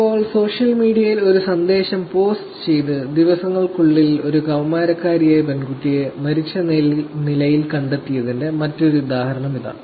ഇപ്പോൾ സോഷ്യൽ മീഡിയയിൽ ഒരു സന്ദേശം പോസ്റ്റ് ചെയ്ത് ദിവസങ്ങൾക്കുള്ളിൽ ഒരു കൌമാരക്കാരിയായ പെൺകുട്ടിയെ മരിച്ച നിലയിൽ കണ്ടെത്തിയതിന്റെ മറ്റൊരു ഉദാഹരണം ഇതാ